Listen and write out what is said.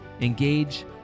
engage